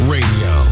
Radio